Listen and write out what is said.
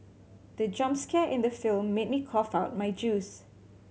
the jump scare in the film made me cough out my juice